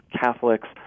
Catholics